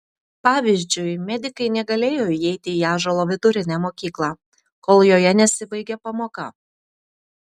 pavyzdžiui medikai negalėjo įeiti į ąžuolo vidurinę mokyklą kol joje nesibaigė pamoka